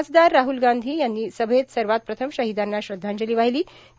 खासदार राहल गांधी यांनी सभेत सवात प्रथम शाहदांना श्रद्धांजला वाहिलां